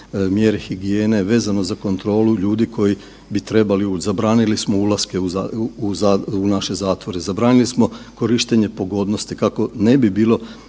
mjere higijene, vezano za kontrolu ljudi koji bi trebali, zabranili smo ulaske u naše zatvore, zabranili smo korištenje pogodnosti kako ne bi bilo